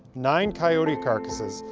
nine coyote carcasses,